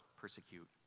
persecute